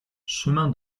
chemin